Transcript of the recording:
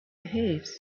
behaves